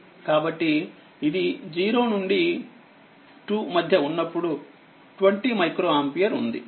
కాబట్టిఇది 0నుండి2 మధ్య ఉన్నప్పుడు 20మైక్రో ఆంపియర్ ఉంది